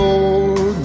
Lord